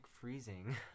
freezing